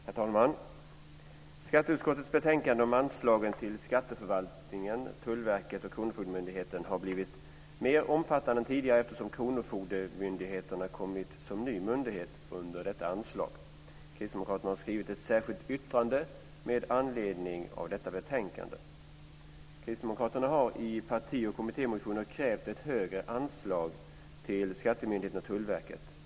Herr talman! Skatteutskottets betänkande om anslagen till skatteförvaltningen, Tullverket och kronofogdemyndigheterna har blivit mer omfattande än tidigare eftersom kronofogdemyndigheterna kommit in som nya myndigheter under detta anslag. Kristdemokraterna har skrivit ett särskilt yttrande med anledning av detta betänkande. I parti och kommittémotioner har Kristdemokraterna krävt ett högre anslag till skattemyndigheterna och Tullverket.